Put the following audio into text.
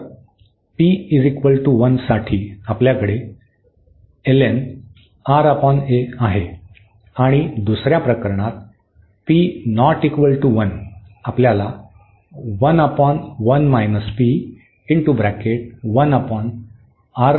तर p 1 साठी आपल्याकडे आहे आणि दुसर्या प्रकरणात p ≠ 1 आपल्याला मिळेल